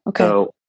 Okay